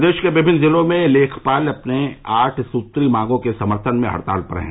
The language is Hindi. प्रदेश के विभिन्न जिलों में लेखपाल अपनी आठ सूत्रीय मांगों के समर्थन में हड़ताल पर है